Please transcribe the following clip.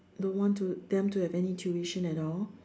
don't want to them to have any tuition at all